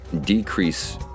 decrease